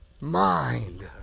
mind